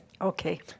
Okay